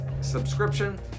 subscription